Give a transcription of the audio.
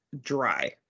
dry